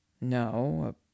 No